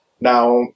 Now